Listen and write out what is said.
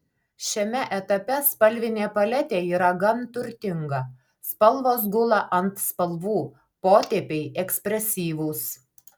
šiame etape spalvinė paletė yra gan turtinga spalvos gula ant spalvų potėpiai ekspresyvūs